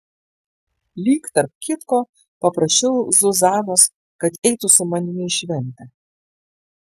lyg tarp kitko paprašiau zuzanos kad eitų su manimi į šventę